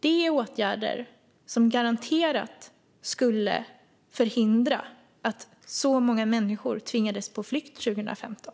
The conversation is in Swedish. Det är åtgärder som garanterat skulle ha förhindrat att så många människor tvingades på flykt 2015.